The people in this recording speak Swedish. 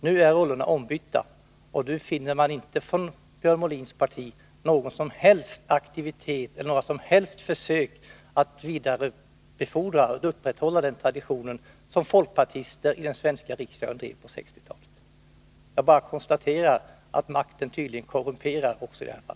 Nu är rollerna ombytta, och då finner man inte någon som helst aktivitet i Björn Molins parti eller några som helst försök att upprätthålla traditionen från folkpartisterna i den svenska riksdagen på 1960-talet. Jag konstaterar bara att makten tydligen korrumperar också i detta fall.